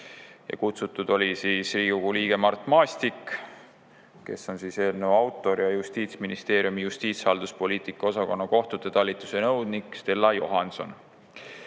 kutsutud Riigikogu liige Mart Maastik, kes on eelnõu autor, ja Justiitsministeeriumi justiitshalduspoliitika osakonna kohtute talituse nõunik Stella Johanson.